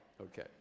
okay